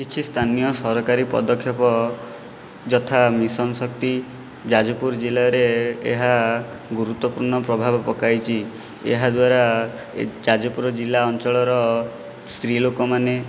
କିଛି ସ୍ଥାନୀୟ ସରକାରୀ ପଦକ୍ଷେପ ଯଥା ମିଶନ ଶକ୍ତି ଯାଜପୁର ଜିଲ୍ଲାରେ ଏହା ଗୁରୁତ୍ୱପୂର୍ଣ୍ଣ ପ୍ରଭାବ ପକାଇଛି ଏହା ଦ୍ୱାରା ଏ ଯାଜପୁର ଜିଲ୍ଲା ଅଞ୍ଚଳର ସ୍ତ୍ରୀ ଲୋକମାନେ